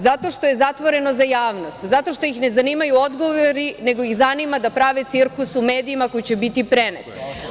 Zato što je zatvoreno za javnost, zato što ih ne zanimaju odgovori nego ih zanima da prave cirkus u medijima koji će biti prenet.